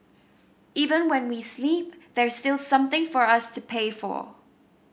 even when we sleep there's still something for us to pay for